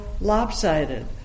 lopsided